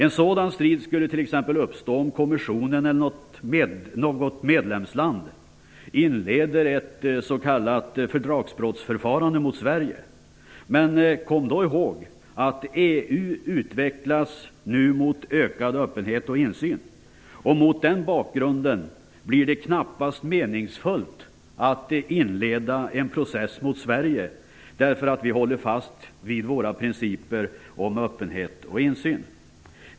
En sådan strid skulle t.ex. uppstå om kommissionen eller något medlemsland inleder ett s.k. fördragsbrottsförfarande mot Sverige. Men kom då ihåg att EU nu utvecklas mot ökad öppenhet och insyn. Mot den bakgrunden blir det knappast meningsfullt att inleda en process mot Sverige därför att vi håller fast vid våra principer om öppenhet och insyn.